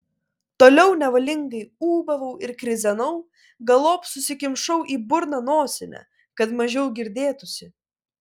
toliau nevalingai ūbavau ir krizenau galop susikimšau į burną nosinę kad mažiau girdėtųsi